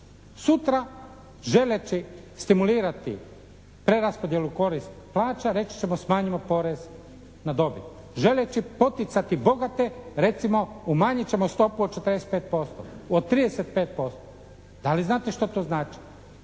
Sutra želeći stimulirati preraspodjelu koristi plaća reći ćemo smanjit ćemo porez na dobit. Želeći poticati bogate recimo umanjit ćemo stopu od 45%, od 35%. Da li znate što to znači?